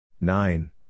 Nine